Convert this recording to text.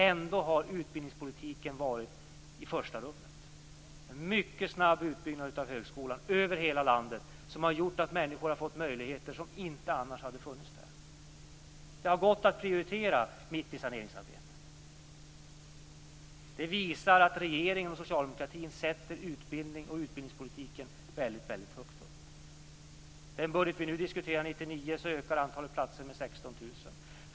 Ändå har utbildningspolitiken varit i första rummet. Det har skett en mycket snabb utbyggnad av högskolan över hela landet som har gjort att människor har fått möjligheter som inte annars hade funnits där. Det har gått att prioritera mitt i saneringsarbetet. Det visar att regeringen och socialdemokratin sätter utbildning och utbildningspolitik väldigt högt. I den budget för 1999 som vi nu diskuterar ökar antalet högskoleplatser med 16 000.